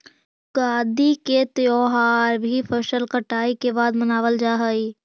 युगादि के त्यौहार भी फसल कटाई के बाद मनावल जा हइ